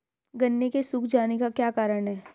गन्ने के सूख जाने का क्या कारण है?